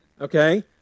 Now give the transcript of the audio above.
okay